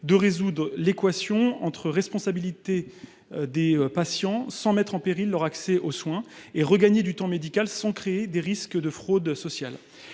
de résoudre l'équation suivante : responsabiliser les patients sans mettre en péril leur accès aux soins et regagner du temps médical sans créer de risques de fraude sociale.